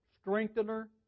strengthener